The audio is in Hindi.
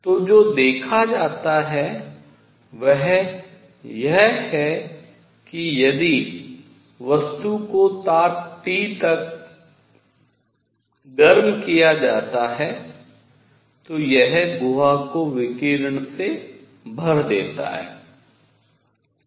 तो जो देखा जाता है वह यह है कि यदि वस्तु को ताप T तक गर्म किया जाता है तो यह गुहा को विकिरण से भर देता है